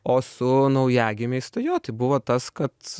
o su naujagimiais tai jo tai buvo tas kad